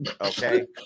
okay